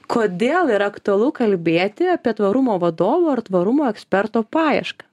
kodėl yra aktualu kalbėti apie tvarumo vadovo ar tvarumo eksperto paiešką